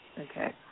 Okay